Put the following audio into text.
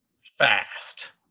Fast